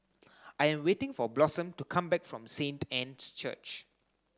I am waiting for Blossom to come back from Saint Anne's Church